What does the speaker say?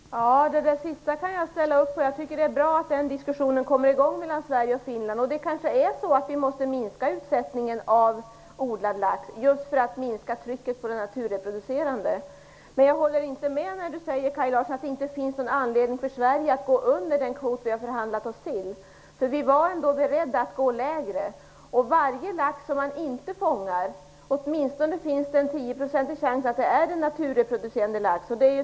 Herr talman! Jag kan ställa mig bakom det som sist sades. Jag tycker att det är bra att denna diskussion mellan Finland och Sverige kommer i gång. Vi måste kanske minska utsättningen av odlad lax för att minska trycket på den naturreproducerande laxen. Men jag håller inte med när Kaj Larsson säger att det inte finns någon anledning för Sverige att gå under den kvot som vi har förhandlat oss till. Vi var ändå beredda att gå lägre, och det är åtminstone 10 % chans att varje lax som man inte fångar är en naturreproducerad lax.